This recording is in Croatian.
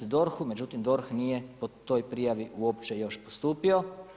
DORH-u, međutim, DORH nije po toj prijavi uopće još postupio.